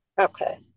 Okay